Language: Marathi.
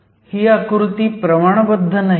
ही आकृती प्रमाणबद्ध नाहीये